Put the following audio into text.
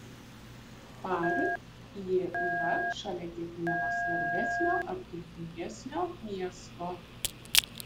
par jie yra šalia kiekvieno svarbesnio ar turtingesnio miesto